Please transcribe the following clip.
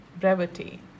brevity